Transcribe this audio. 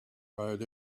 road